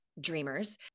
dreamers